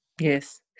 Yes